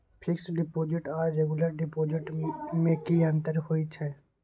Fix deposit आर regular deposit में की अंतर होय छै?